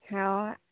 ᱦᱚᱭ